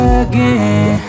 again